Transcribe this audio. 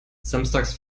samstags